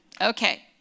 Okay